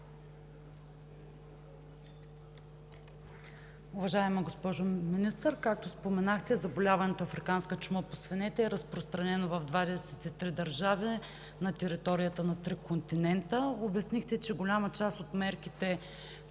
Уважаема госпожо Министър, както споменахте, заболяването африканска чума по свинете е разпространена в 23 държави на територията на три континента. Обяснихте, че голяма част от мерките,